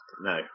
No